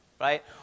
right